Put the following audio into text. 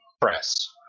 press